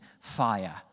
fire